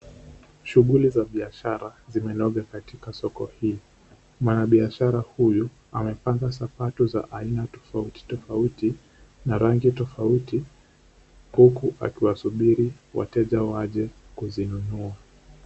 Shughuli za biashara zimenoga katika soko hili. Mwanabiashara huyu amepanga sapatu za aina tofauti tofauti na rangi tofauti huku akiwasubiri wateja waje kuzinunua.